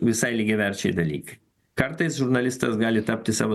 visai lygiaverčiai dalykai kartais žurnalistas gali tapti savo